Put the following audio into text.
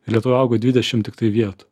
lietuvoj augo dvidešim tiktai vietų